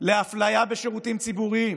לאפליה בשירותים ציבוריים,